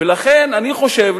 ולכן אני חושב,